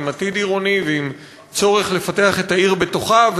עם עתיד עירוני ועם צורך לפתח את העיר בתוכה,